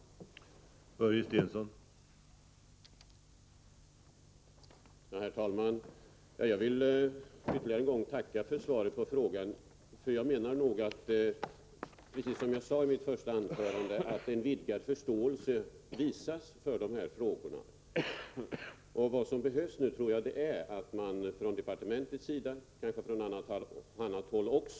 platser åt utländska patienter